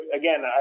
again